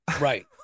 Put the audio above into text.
Right